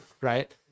right